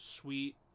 sweet